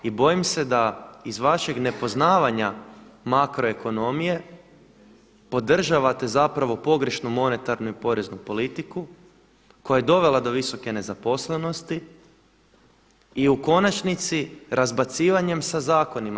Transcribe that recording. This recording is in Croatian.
I bojim se da iz vašeg nepoznavanja makroekonomije podržavate zapravo pogrešnu monetarnu i poreznu politiku koja je dovela do visoke nezaposlenosti i u konačnici razbacivanjem sa zakonima.